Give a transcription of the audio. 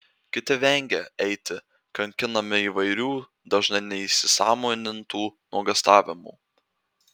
kiti vengia eiti kankinami įvairių dažnai neįsisąmonintų nuogąstavimų